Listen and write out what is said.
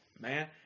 Man